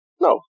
No